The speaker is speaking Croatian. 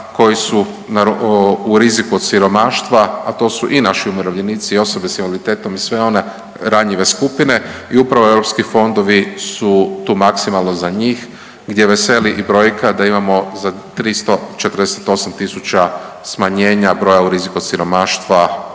koji su u riziku od siromaštva, a to su i naši umirovljenici i osobe s invaliditetom i sve one ranjive skupine i upravo EU fondovi su tu maksimalno za njih gdje veseli i brojka da imamo za 348000 smanjenja broja u riziku od siromaštva u zadnjih